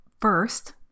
first